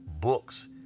books